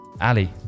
Ali